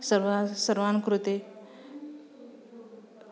सर्वा सर्वान् कृते